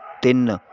ਤਿੰਨ